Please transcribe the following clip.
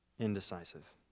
Indecisive